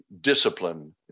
discipline